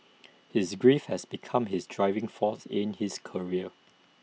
his grief has become his driving force in his career